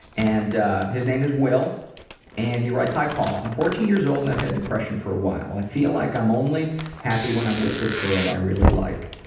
and and his name is will and he writes, hi paul, i'm fourteen years old and i've had depression for a while. i feel like i'm only happy when i'm with this girl i really like.